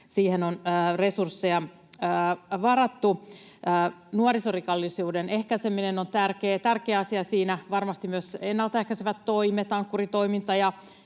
siihen on resursseja varattu. Nuorisorikollisuuden ehkäiseminen on tärkeä asia siinä. Varmasti myös ennalta ehkäisevät toimet, Ankkuri-toiminta